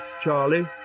Charlie